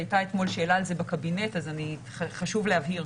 הייתה אתמול שאלה על זה בקבינט, אז חשוב להבהיר.